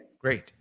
great